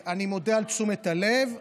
אני מודה על תשומת הלב.